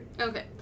okay